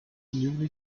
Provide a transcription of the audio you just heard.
newly